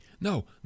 No